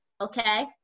okay